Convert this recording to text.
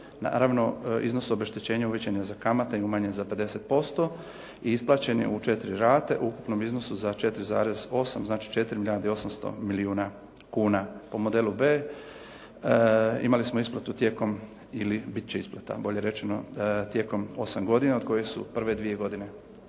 Naravno, iznos obeštećenja uvećan je za kamate i umanjen za 50% i isplaćen je u 4 rate u ukupnom iznosu za 4,8 znači 4 milijarde i 800 milijuna kuna. Po modelu B imali smo isplatu tijekom ili bit će isplata bolje rečeno tijekom osam godina od kojih su prve dvije godine